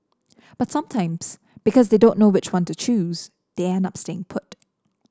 but sometimes because they don't know which one to choose they end up staying put